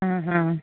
ಹಾಂ ಹಾಂ